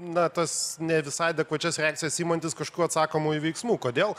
na tas ne visai adekvačias reakcijas imantis kažko atsakomųjų veiksmų kodėl